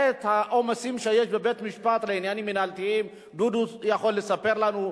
על העומסים שיש בבית-משפט לעניינים מינהליים דודו יכול לספר לנו,